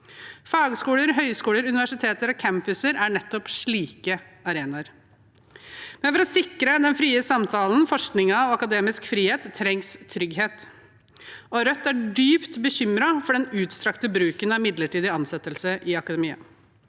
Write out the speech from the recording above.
Fagskoler, høyskoler, universiteter og campuser er nettopp slike arenaer. Men for å sikre den frie samtalen, forskningen og akademisk frihet trengs trygghet, og Rødt er dypt bekymret for den utstrakte bruken av midlertidige ansettelser i akademia.